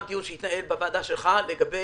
התנהל גם דיון בוועדה בראשותך לגבי